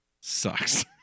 sucks